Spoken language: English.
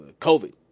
COVID